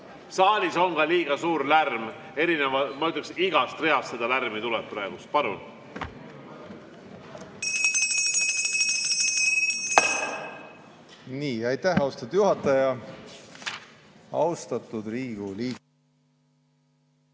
Saalis on liiga suur lärm. Ma ütleks, et igast reast seda lärmi tuleb praegu. Palun!